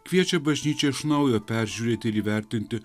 kviečia bažnyčią iš naujo peržiūrėti ir įvertinti